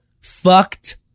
fucked